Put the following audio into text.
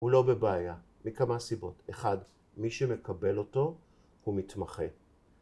הוא לא בבעיה, מכמה סיבות? אחד, מי שמקבל אותו הוא מתמחה